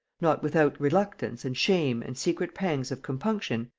not without reluctance and shame and secret pangs of compunction,